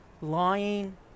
lying